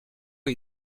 ont